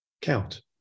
Count